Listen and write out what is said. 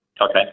Okay